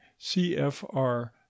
CFR